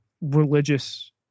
religious